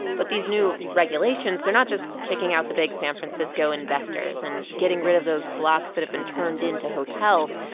but these new regulations, they're not just kicking out the big san francisco investors and getting rid of those blocks that have been turned into hotels.